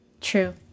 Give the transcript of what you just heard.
True